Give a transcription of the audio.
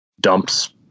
dumps